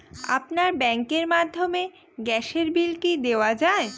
আপনার ব্যাংকের মাধ্যমে গ্যাসের বিল কি দেওয়া য়ায়?